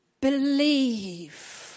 believe